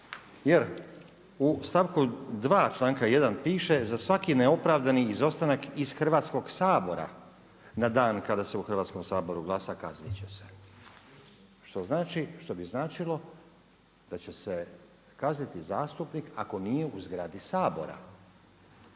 Jer u stavku 2. članka 1. piše za svaki neopravdani izostanak iz Hrvatskoga sabora na dan kada se u Hrvatskom saboru glasa kazniti će se. Što znači, što bi značilo da će se kazniti zastupnik ako nije u zgradi Sabora,